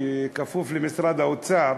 שכפוף למשרד האוצר,